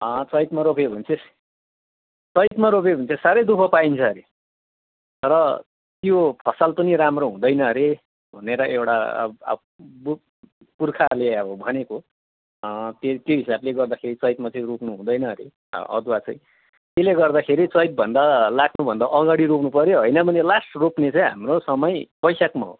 अँ चैतमा रोप्यो भने चाहिँ चैतमा रोप्यो भने चाहिँ साह्रै दुखः पाइन्छ अरे र यो फसल पनि राम्रो हुँदैन अरे भनेर एउटा अब बु पुर्खाले भनेको त्यो त्यो हिसाबले गर्दाखेरि चैतमा चाहिँ रोप्नु हुँदैन हरे अदुवा चाहिँ त्यसले गर्दाखेरि चैतभन्दा लाग्नुभन्दा अगाडि रोप्नु पऱ्यो होइन भने लास्ट रोप्ने चाहिँ हाम्रो समय बैसाखमा हो